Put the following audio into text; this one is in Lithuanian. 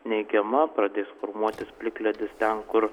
neigiama pradės formuotis plikledis ten kur